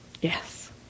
Yes